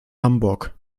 hamburg